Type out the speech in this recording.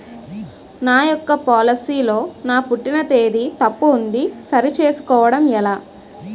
నా యెక్క పోలసీ లో నా పుట్టిన తేదీ తప్పు ఉంది సరి చేసుకోవడం ఎలా?